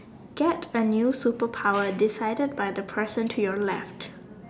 get a new superpower decided by the person to your left